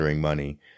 money